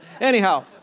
anyhow